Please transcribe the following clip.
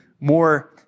more